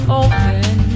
open